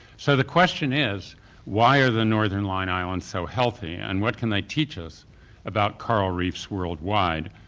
so the question is why are the northern line islands so healthy and what can they teach us about coral reefs worldwide?